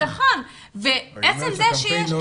אבל את אומרת שהקמפיין לא עוזר?